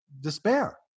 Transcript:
despair